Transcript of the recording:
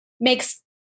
makes